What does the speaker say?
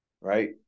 Right